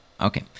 Okay